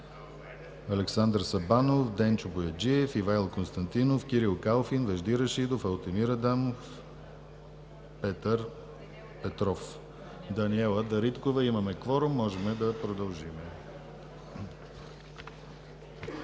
Даниела Дариткова. Имаме кворум и може да продължим.